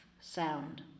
sound